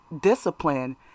discipline